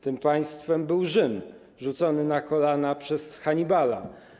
Tym państwem był Rzym, rzucony na kolana przez Hannibala.